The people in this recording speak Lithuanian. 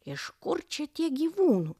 iš kur čia tiek gyvūnų